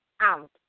out